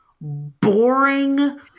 boring